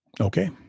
Okay